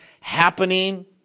happening